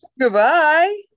Goodbye